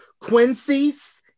Quincy's